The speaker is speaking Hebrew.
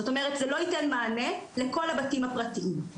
זאת אומרת, זה לא ייתן מענה לכל הבתים הפרטיים.